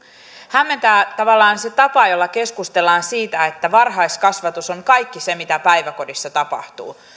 hämmentää tavallaan se tapa jolla keskustellaan siitä että varhaiskasvatus on kaikki se mitä päiväkodissa tapahtuu